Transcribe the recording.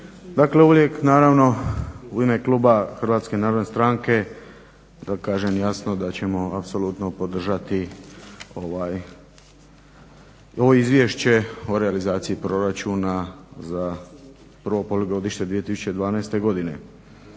naravno u ime kluba HNS-a da kažem jasno da ćemo apsolutno podržati ovo Izvješće o realizaciji proračuna za prvo polugodište 2012.godine.